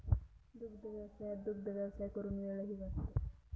दुग्धव्यवसायात दुग्धव्यवसाय करून वेळही वाचतो